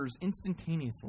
instantaneously